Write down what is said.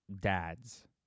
dads